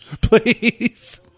please